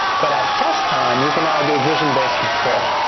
but at test time, you can now do vision based control,